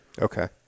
Okay